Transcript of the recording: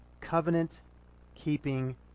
covenant-keeping